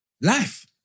life